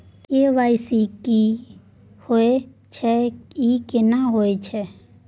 KYC की होय छै, ई केना होयत छै?